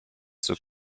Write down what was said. zur